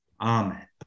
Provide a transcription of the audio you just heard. Amen